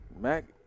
mac